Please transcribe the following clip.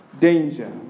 danger